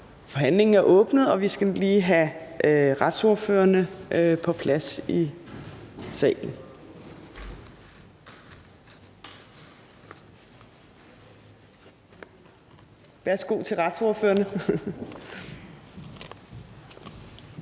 Forhandlingen er åbnet, og vi skal lige have retsordførerne på plads i salen. Den første,